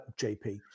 JP